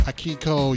Akiko